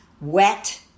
wet